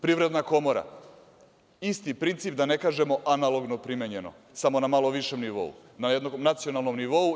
Privredna komora, isti princip, da ne kažemo analogno primenjeno, samo na malo višem nivou, na jednom nacionalnom nivou.